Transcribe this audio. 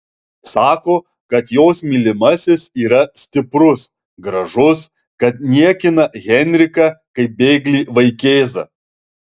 sako kad jos mylimasis yra stiprus gražus kad niekina henriką kaip bėglį vaikėzą